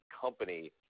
company